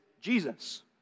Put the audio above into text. Jesus